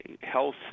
health